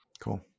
cool